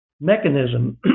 mechanism